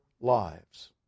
lives